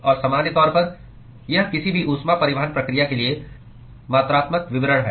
और सामान्य तौर पर यह किसी भी ऊष्मा परिवहन प्रक्रिया के लिए मात्रात्मक विवरण है